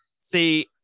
See